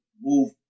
move